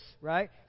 right